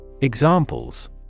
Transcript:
Examples